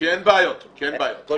כי אין בעיות, כי אין בעיות, הכול תקין.